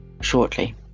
shortly